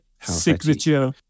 signature